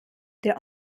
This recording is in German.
der